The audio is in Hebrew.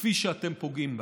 כפי שאתם פוגעים בה: